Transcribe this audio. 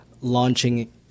launching